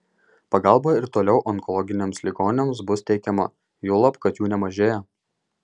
pagalba ir toliau onkologiniams ligoniams bus teikiama juolab kad jų nemažėja